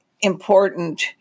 important